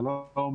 שלום,